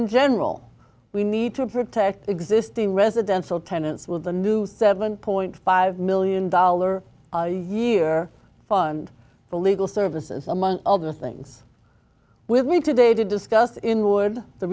in general we need to protect existing residential tenants with a new seven point five million dollar a year fund for legal services among other things with me today to discuss in wood the